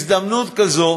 הזדמנות כזו